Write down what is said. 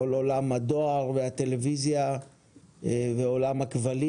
כל עולם הדואר והטלוויזיה ועולם הכבלים